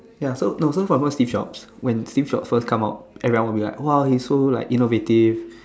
ya so no soy for example Steve-Jobs when Steve-Jobs first come out everyone will be like !wow! his so like innovative